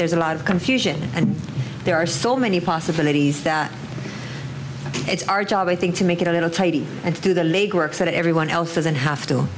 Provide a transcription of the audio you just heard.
there's a lot of confusion and there are so many possibilities that it's our job i think to make it a little tidy and to do the legwork so that everyone else doesn't have to